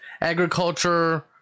agriculture